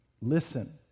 Listen